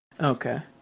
Okay